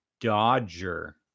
Dodger